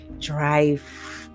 drive